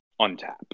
untap